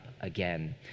again